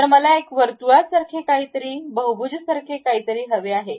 तर मला एक वर्तुळासारखे काहीतरी बहुभुजसारखे काहीतरी हवे आहे